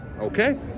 okay